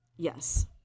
Yes